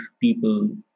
people